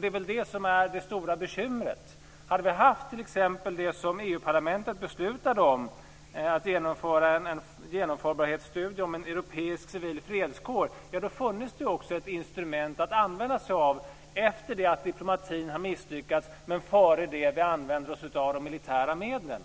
Det är väl det som är det stora bekymret. Hade vi haft t.ex. det som EU-parlamentet beslutade att genomföra en genomförbarhetsstudie om, dvs. en europeisk civil fredskår, ja, då funnes det också ett instrument att använda sig av efter det att diplomatin har misslyckats men före det att vi använder oss av de militära medlen.